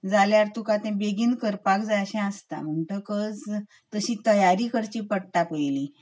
जाल्यार तुका तें बेगीन करपाक जाय अशें आसता म्हणटकच तशी तयार करची पडटा पयलीं